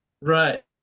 Right